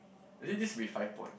I think this should be five points